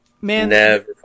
Man